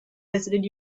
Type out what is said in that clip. visited